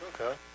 Okay